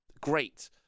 great